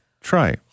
Try